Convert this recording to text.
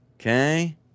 Okay